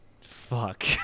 Fuck